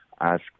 Ask